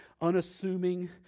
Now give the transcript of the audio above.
unassuming